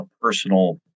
personal